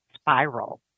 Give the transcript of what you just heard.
spiral